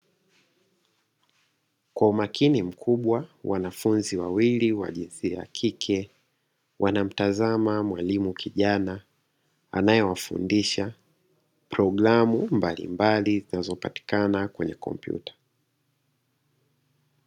Kwa umakini mkubwa wanafunzi wawili wajinsia ya kike wanamtazama mwalimu kijana anayewafundisha programu mbalimbali zinazopatikana kwenye kompyuta.